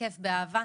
בכיף באהבה.